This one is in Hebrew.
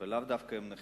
ולאו דווקא אם הם נכים,